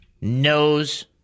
knows